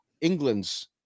England's